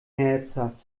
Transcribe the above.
herzhaft